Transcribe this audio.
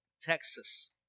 Texas